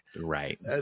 Right